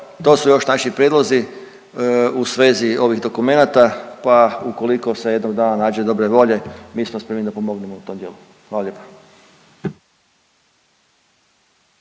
to su još naši prijedlozi u svezi ovih dokumenata pa ukoliko se jednog dana nađe dobre volje mi smo spremni da pomognemo u tom dijelu. Hvala lijepa.